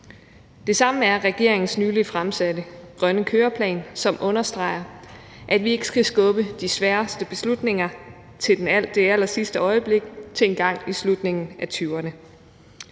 Det samme er regeringens nylig fremsatte grønne køreplan, som understreger, at vi ikke skal skubbe de sværeste beslutninger til allersidste øjeblik, til engang i slutningen af 2020'erne.